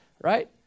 Right